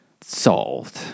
solved